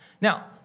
Now